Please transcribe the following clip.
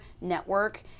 network